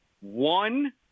one